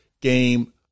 game